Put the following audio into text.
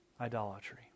idolatry